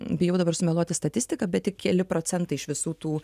bijau dabar sumeluoti statistiką bet tik keli procentai iš visų tų